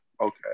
okay